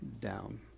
down